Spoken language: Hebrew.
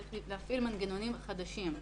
צריך להפעיל מנגנונים חדשים.